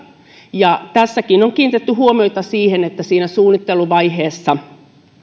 tässäkin on kiinnitetty huomiota siihen että siinä suunnitteluvaiheessa